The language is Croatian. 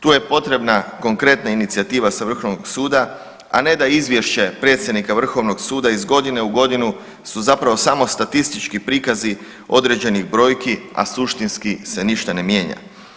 Tu je potrebna konkretna inicijativa sa vrhovnog suda, a ne da izvješće predsjednika vrhovnog suda iz godine u godinu su zapravo samo statistički prikazi određenih brojki, a suštinski se ništa ne mijenja.